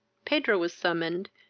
pedro was summoned,